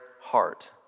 heart